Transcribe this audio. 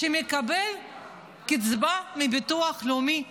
שמקבל קצבה מהביטוח הלאומי שלנו.